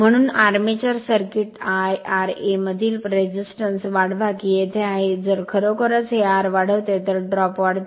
म्हणून armature circuit I ra मधील प्रतिकार वाढवा की हे येथे आहे जर खरोखरच हे R वाढवते तर ड्रॉप वाढते